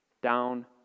down